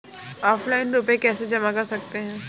Offline रुपये कैसे जमा कर सकते हैं?